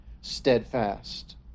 steadfast